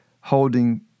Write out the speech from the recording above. holding